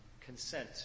consent